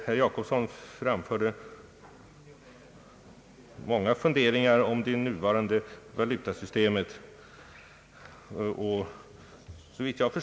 Herr Jacobsson hade många funderingar om det nuvarande valutasyste met.